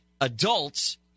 adults